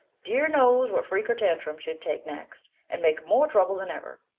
dear knows what freak or tantrum she'd take next and make more trouble than ever.